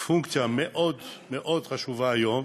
פונקציה מאוד מאוד חשובה היום,